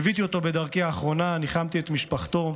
ליוויתי אותו בדרכו האחרונה, ניחמתי את משפחתו.